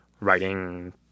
writing